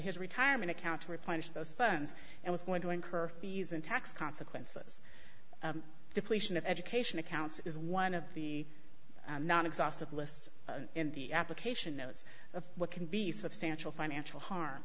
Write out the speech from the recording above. his retirement account to replenish those funds and was going to incur fees and tax consequences depletion of education accounts is one of the non exhaustive list in the application notes of what can be substantial financial harm